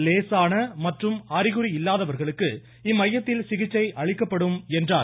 லேசான மற்றும் அறிகுறி இல்லாதவர்களுக்கு இம்மையத்தில் சிகிச்சையளிக்கப்படும் என்றார்